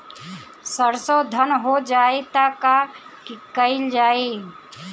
सरसो धन हो जाई त का कयील जाई?